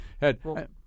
head